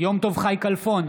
יום טוב חי כלפון,